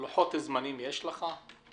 לוחות זמנים יש לך?